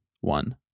One